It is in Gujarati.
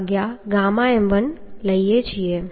9Anfu ɣm1 છીએ